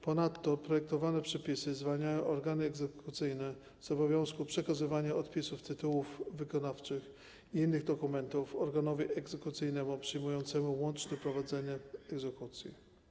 Ponadto projektowane przepisy zwalniają organy egzekucyjne z obowiązku przekazywania odpisów tytułów wykonawczych i innych dokumentów organowi egzekucyjnemu przejmującemu łączne prowadzenie egzekucji.